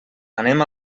anem